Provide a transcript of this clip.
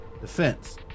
Defense